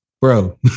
Bro